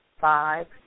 five